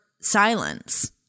silence